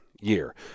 year